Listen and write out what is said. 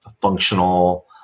functional